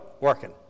working